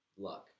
luck